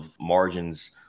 margins